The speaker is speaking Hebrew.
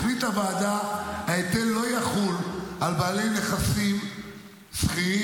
החליטה הוועדה כי ההיטל לא יחול על בעלי נכסים שכירים,